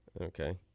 Okay